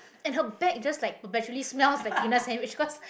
and her bag just like perpetually smells like tuna sandwich 'cause